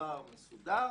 במעבר מסודר,